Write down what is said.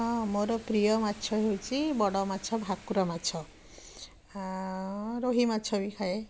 ହଁ ମୋର ପ୍ରିୟ ମାଛ ହେଉଛି ବଡ଼ ମାଛ ଭାକୁର ମାଛ ରୋହି ମାଛ ବି ଖାଏ